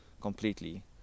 completely